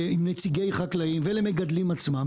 עם נציגי חקלאים ולמגדלים עצמם,